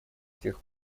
тех